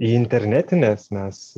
į internetines mes